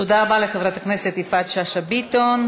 תודה רבה לחברת הכנסת יפעת שאשא ביטון.